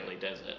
desert